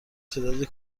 تعدادی